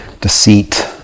deceit